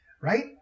right